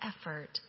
effort